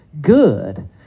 good